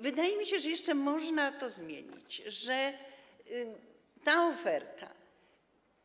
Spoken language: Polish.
Wydaje mi się, że jeszcze można to zmienić, że ta oferta